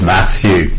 Matthew